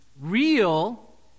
real